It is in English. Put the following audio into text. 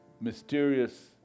mysterious